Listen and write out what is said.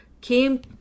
came